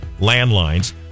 landlines